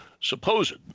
supposed